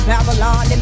Babylon